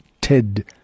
Ted